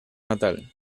natal